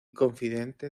confidente